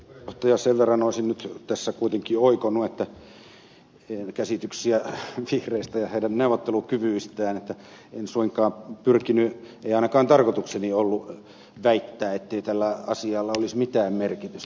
sen verran olisin nyt tässä kuitenkin oikonut käsityksiä vihreistä ja heidän neuvottelukyvyistään että en suinkaan pyrkinyt väittämään ei ainakaan tarkoitukseni ollut väittää ettei tällä asialla olisi mitään merkitystä